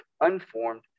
unformed